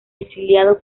exiliado